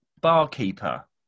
barkeeper